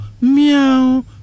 meow